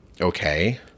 Okay